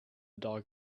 dog